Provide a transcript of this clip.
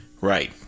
Right